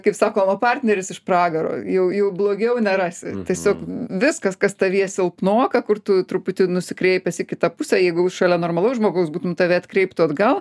kaip sakoma partneris iš pragaro jau jau blogiau nerasi tiesiog viskas kas tavyje silpnoka kur tu truputį nusikreipęs į kitą pusę jeigu šalia normalaus žmogaus būtum tave atkreiptų atgal